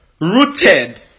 rooted